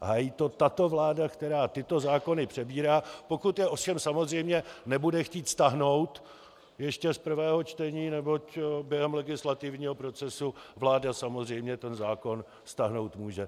Hájí to tato vláda, která tyto zákony přebírá, pokud je ovšem samozřejmě nebude chtít stáhnout ještě z prvého čtení, neboť během legislativního procesu vláda samozřejmě ten zákon stáhnout může.